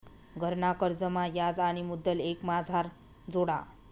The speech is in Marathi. घरना कर्जमा याज आणि मुदल एकमाझार जोडा